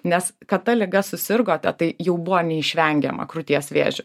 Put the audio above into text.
nes kad ta liga susirgote tai jau buvo neišvengiama krūties vėžiu